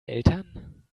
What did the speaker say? eltern